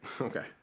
Okay